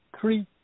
three